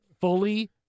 Fully